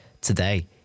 today